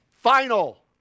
Final